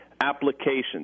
applications